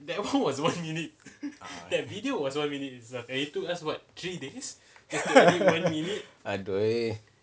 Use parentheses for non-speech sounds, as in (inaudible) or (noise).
ah (laughs) !aduh!